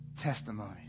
testimony